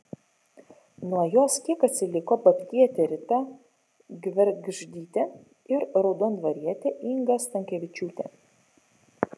nuo jos kiek atsiliko babtietė rita gvergždytė ir raudondvarietė inga stankevičiūtė